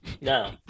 No